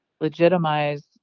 legitimize